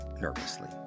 nervously